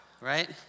Right